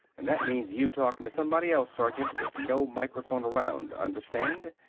and that means you talking to somebody else, sergeant, with no microphone around. understand?